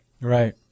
Right